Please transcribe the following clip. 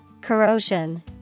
corrosion